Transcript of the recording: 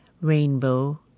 Rainbow